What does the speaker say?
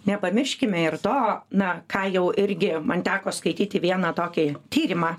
nepamirškime ir to na ką jau irgi man teko skaityti vieną tokį tyrimą